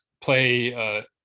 play